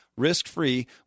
Risk-free